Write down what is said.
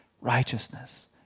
righteousness